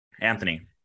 Anthony